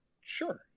sure